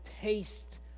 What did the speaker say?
taste